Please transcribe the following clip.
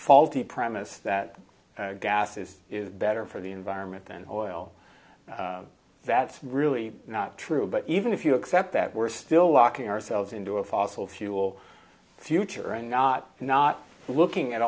faulty premise that gas is better for the environment than oil that's really not true but even if you accept that we're still locking ourselves into a fossil fuel future and not not looking at